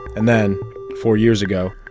and then four years ago,